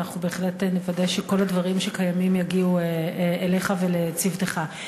אנחנו בהחלט נוודא שכל הדברים שקיימים יגיעו אליך ולצוותך.